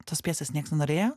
tos pjesės nieks nenorėjo